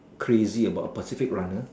crazy about a pacific runner